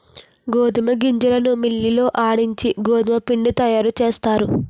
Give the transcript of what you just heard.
గోధుమ గింజలను మిల్లి లో ఆడించి గోధుమపిండి తయారుచేస్తారు